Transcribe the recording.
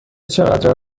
چقدر